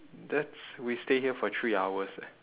that's we stay here for three hours eh